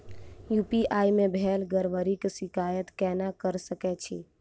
UPI मे भेल गड़बड़ीक शिकायत केना कऽ सकैत छी?